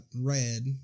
red